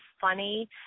funny